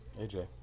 aj